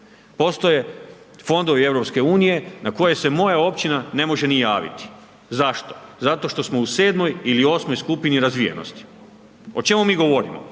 Postoje fondovi EU na koje se moje općina ne može niti javiti. Zašto? Zato što smo u 7. ili 8. skupini razvijenosti. O čemu mi govorimo?